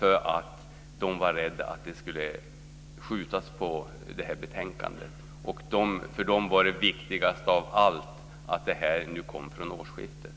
De var nämligen rädda att detta skulle skjutas upp, och för dem var det viktigaste av allt att detta kom från årsskiftet.